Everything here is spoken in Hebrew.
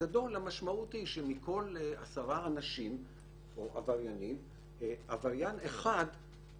בגדול המשמעות היא שמכל 10 אנשים או עבריינים עבריין אחד,